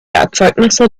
erzeugnisse